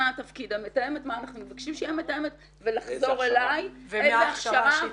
מה אנחנו מבקשים שיהיה תפקיד המתאמת, איזו הכשרה.